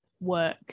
work